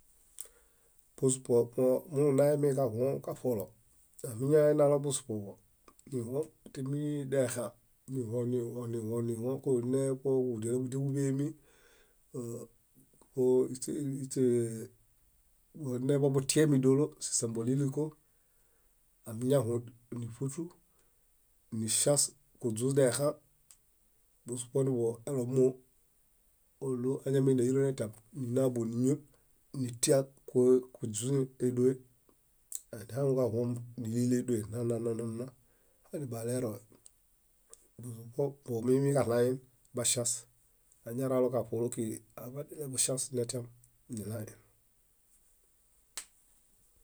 . Busupo monumunaemi kahuõ kaṗolo, amiñaenalo busupuḃo nihuõṗ timidexã, nihuõṗ, nihuõṗ, nihuõṗ kuġunee kóġuġudilaḃudiġuḃemi ũũ kóiśeirehe, búnebutiemidolo sísambaliliko, amiñahuõṗ níṗutu, niŝias kuźũdexã, busupo núḃuelomoo oɭum áñameiniairo netiam ninaḃo níñol nitiakũ kuźĩ édoe. Anihaŋuġahuõṗ nílileedoe nnananana hanibaleroẽ. Busupo bomimiġaɭayen baŝias. Añaraloġaṗuolo kíġi aḃanileḃuŝias netiam, niɭayen.